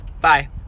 Bye